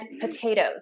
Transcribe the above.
potatoes